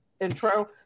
intro